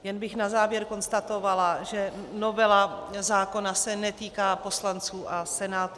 Jen bych na závěr konstatovala, že novela zákona se netýká poslanců a senátorů.